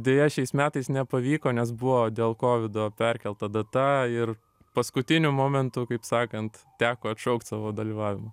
deja šiais metais nepavyko nes buvo dėl kovido perkelta data ir paskutiniu momentu kaip sakant teko atšaukt savo dalyvavimą